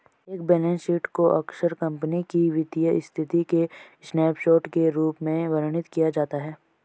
एक balance sheet को अक्सर कंपनी की वित्तीय स्थिति के स्नैपशॉट के रूप में वर्णित किया जाता है